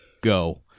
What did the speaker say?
Go